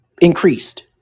increased